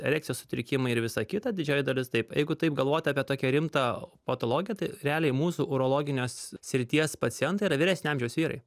erekcijos sutrikimai ir visa kita didžioji dalis taip jeigu taip galvot apie tokią rimtą patologiją tai realiai mūsų urologinės srities pacientai yra vyresnio amžiaus vyrai